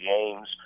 games